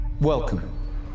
Welcome